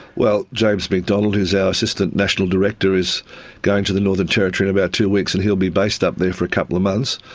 well, james mcdonald who is our assistant national director is going to the northern territory in about two weeks and he'll be based up there for a couple of months.